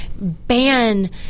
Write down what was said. ban